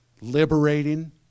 liberating